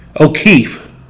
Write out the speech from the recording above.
O'Keefe